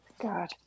God